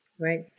Right